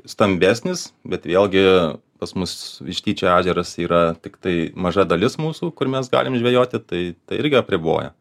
stambesnis bet vėlgi pas mus vištyčio ežeras yra tiktai maža dalis mūsų kur mes galim žvejoti tai tai irgi apriboja